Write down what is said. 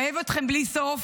אוהב אתכם בלי סוף,